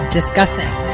discussing